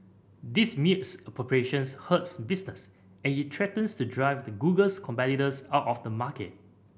this misappropriation hurts business and it threatens to drive the Google's competitors out of the market